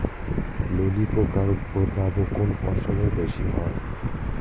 ললি পোকার উপদ্রব কোন ফসলে বেশি হয়?